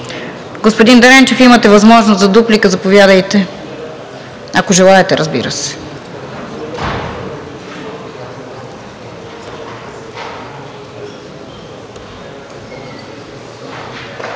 Господин Дренчев, имате възможност за дуплика, заповядайте, ако желаете, разбира се.